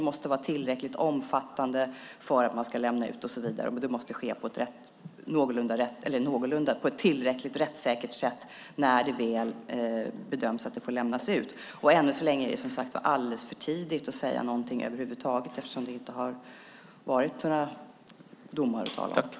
Det måste vara tillräckligt omfattande för att man ska lämna ut och så vidare, och det måste ske på ett tillräckligt rättssäkert sätt när det väl bedöms att det får lämnas ut. Ännu så länge är det som sagt var alldeles för tidigt att säga något över huvud taget, eftersom det inte har varit några domar att tala om.